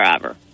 driver